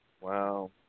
wow